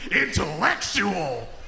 intellectual